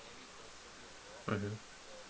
mmhmm